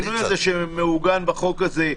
השינוי הזה שמעוגן בחוק הזה,